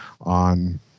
on